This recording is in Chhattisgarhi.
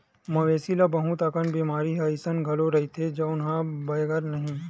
मवेशी ल बहुत अकन बेमारी ह अइसन घलो रहिथे जउन ह बगरय नहिं